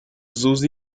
susi